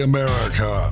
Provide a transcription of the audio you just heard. America